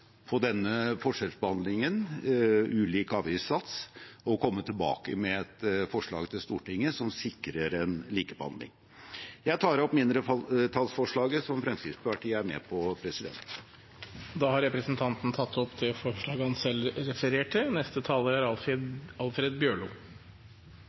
denne forskjellsbehandlingen, ulik avgiftssats, og komme tilbake med et forslag til Stortinget som sikrer en likebehandling. Jeg tar opp mindretallsforslaget som Fremskrittspartiet er med på. Da har representanten Hans Andreas Limi tatt opp det forslaget han refererte til. Dei næringane som Venstres forslag i dag handlar om, reiselivet og